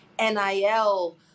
NIL